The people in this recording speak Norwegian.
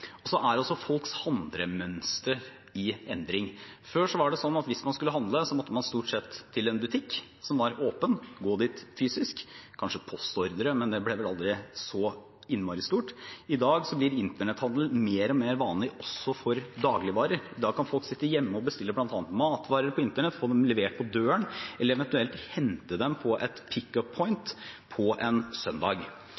Så er folks handlemønster i endring. Før var det slik at hvis man skulle handle, måtte man stort sett til en butikk som var åpen, gå dit fysisk, eller kanskje handle på postordre, men det ble aldri så innmari stort. I dag blir internetthandel mer og mer vanlig også når det gjelder dagligvarer. Da kan folk sitte hjemme og bestille bl.a. matvarer på internett, få dem levert på døren eller eventuelt hente dem på et